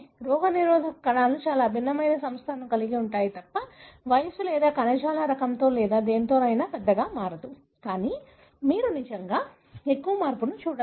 రోగనిరోధక కణాలు చాలా భిన్నమైన సంస్థను కలిగి ఉంటాయి తప్ప వయస్సు లేదా కణజాల రకంతో లేదా దేనితోనైనా ఇది పెద్దగా మారదు కానీ మీరు నిజంగా ఎక్కువ మార్పును చూడలేరు